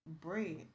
bread